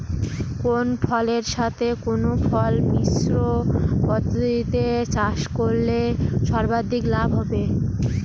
কোন ফসলের সাথে কোন ফসল মিশ্র পদ্ধতিতে চাষ করলে সর্বাধিক লাভ হবে?